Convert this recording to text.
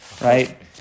Right